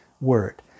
word